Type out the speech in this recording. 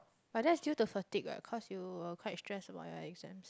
but that's due to fatigue cause you were quite stressed about your exams